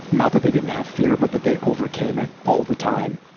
not that they didn't have fear but that they overcame it all the time.